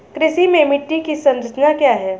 कृषि में मिट्टी की संरचना क्या है?